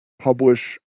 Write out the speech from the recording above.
publish